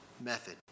method